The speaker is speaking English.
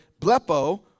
blepo